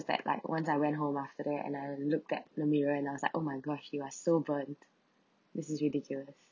that like once I went home after that and I look at the mirror and I was like oh my gosh you are so burnt this is ridiculous